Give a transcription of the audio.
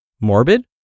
Morbid